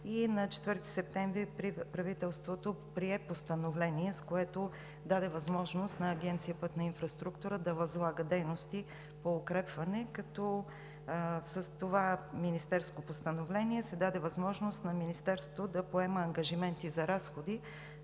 На 4 септември правителството прие постановление, с което даде възможност на Агенция „Пътна инфраструктура“ да възлага дейности по укрепване, като с това министерско постановление се даде възможност на Министерството да поема ангажименти за разходи